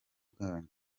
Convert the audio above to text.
bwanyu